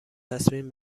تصمیم